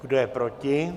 Kdo je proti?